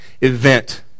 event